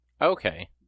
Okay